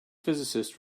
physicist